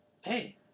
hey